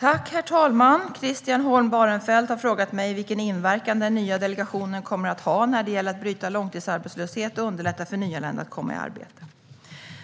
Herr talman! Christian Holm Barenfeld har frågat mig vilken inverkan den nya delegationen kommer att ha när det gäller att bryta långtidsarbetslöshet och underlätta för nyanlända att komma i arbete.